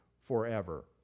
forever